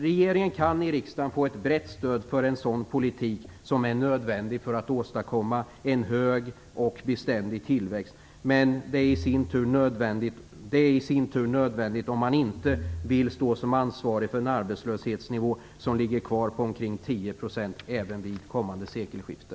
Regeringen kan i riksdagen få ett brett stöd för en sådan politik som är nödvändig för att åstadkomma en hög och beständig tillväxt. Detta är i sin tur nödvändigt, om man inte vill stå som ansvarig för en arbetslöshetsnivå som ligger kvar på omkring 10 % även vid kommande sekelskifte.